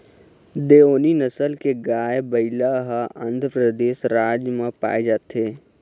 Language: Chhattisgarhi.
देओनी नसल के गाय, बइला ह आंध्रपरदेस राज म पाए जाथे